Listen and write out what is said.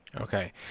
Okay